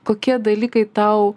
kokie dalykai tau